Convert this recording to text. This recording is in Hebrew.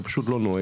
אתה פשוט לא נוהג,